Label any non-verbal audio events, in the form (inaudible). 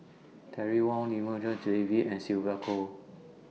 Terry Wong Lim (unintelligible) J V and Sylvia Kho